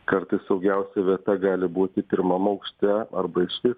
kartais saugiausia vieta gali būti pirmam aukšte arba iš vis